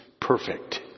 perfect